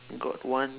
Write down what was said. got one